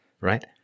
right